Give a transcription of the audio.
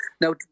Now